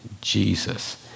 Jesus